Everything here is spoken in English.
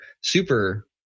super